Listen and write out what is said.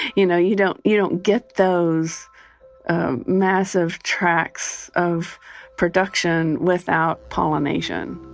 you know you don't you don't get those massive tracks of production without pollination